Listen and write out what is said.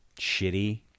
shitty